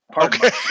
Okay